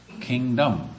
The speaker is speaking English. kingdom